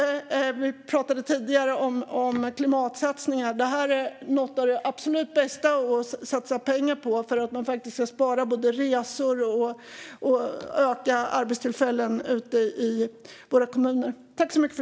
Vi talade tidigare om klimatsatsningar, och det här är även något av det absolut bästa att satsa pengar på om man både vill spara på resor och öka antalet arbetstillfällen ute i våra kommuner.